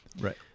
right